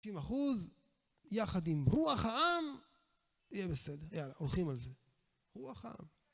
90 אחוז, יחד עם רוח העם, יהיה בסדר, יאללה, הולכים על זה. רוח העם